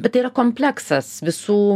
bet tai yra kompleksas visų